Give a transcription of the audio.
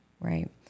Right